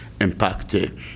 impacted